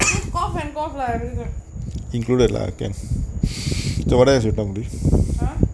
you cough and cough lah every time ah